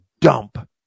dump